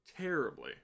terribly